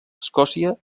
escòcia